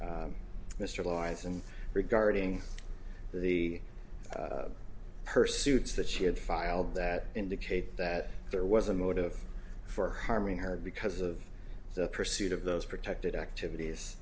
and regarding the purse suits that she had filed that indicate that there was a motive for harming her because of the pursuit of those protected activities